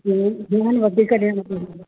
ध्यानु वधीक ॾियणो पवंदो